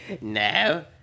No